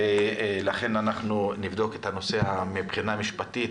נבדוק את הנושא מבחינה משפטית,